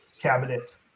cabinet